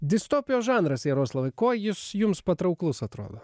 distopijos žanras jaroslavai kuo jis jums patrauklus atrodo